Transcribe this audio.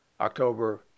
October